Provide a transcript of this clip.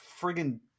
friggin